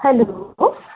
hello